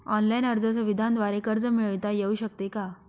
Online अर्ज सुविधांद्वारे कर्ज मिळविता येऊ शकते का?